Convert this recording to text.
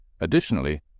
Additionally